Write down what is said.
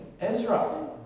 Ezra